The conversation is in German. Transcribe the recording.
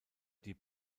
die